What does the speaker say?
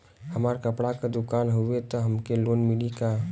हमार कपड़ा क दुकान हउवे त हमके लोन मिली का?